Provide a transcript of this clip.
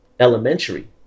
elementary